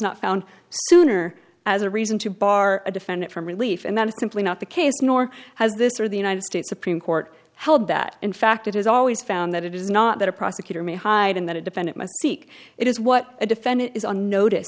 not found sooner as a reason to bar a defendant from relief and that is simply not the case nor has this or the united states supreme court held that in fact it has always found that it is not that a prosecutor may hide and that a defendant must seek it is what a defendant is unnoticed